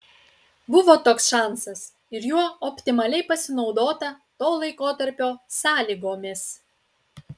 buvo toks šansas ir juo optimaliai pasinaudota to laikotarpio sąlygomis